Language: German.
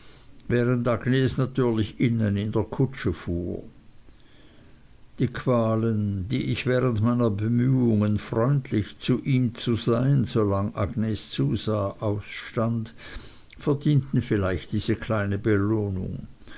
während agnes natürlich innen in der kutsche fuhr die qualen die ich während meiner bemühungen freundlich zu ihm zu sein solang agnes zusah ausstand verdienten vielleicht diese kleine belohnung